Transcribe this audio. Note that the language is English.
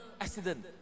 accident